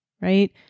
right